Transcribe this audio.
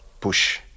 Push